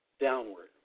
downward